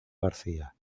garcía